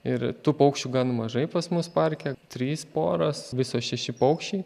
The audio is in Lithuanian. ir tų paukščių gan mažai pas mus parke trys poros viso šeši paukščiai